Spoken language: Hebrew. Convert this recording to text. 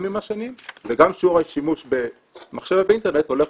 עם השנים וגם שיעור השימוש במחשב או באינטרנט הולך